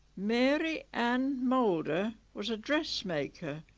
mary ann moulder was a dressmaker.